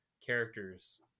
characters